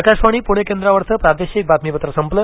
आकाशवाणी पुणे केंद्रावरचं प्रादेशिक बातमीपत्र संपलं